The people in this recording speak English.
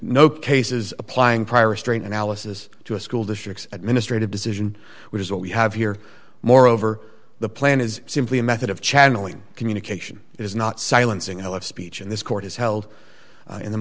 no cases applying prior restraint analysis to a school district administrative decision which is what we have here moreover the plan is simply a method of channeling communication is not silencing of speech in this court is held in the